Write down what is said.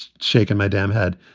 shaking my damn head.